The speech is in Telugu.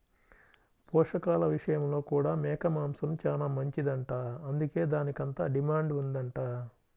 పోషకాల విషయంలో కూడా మేక మాంసం చానా మంచిదంట, అందుకే దానికంత డిమాండ్ ఉందంట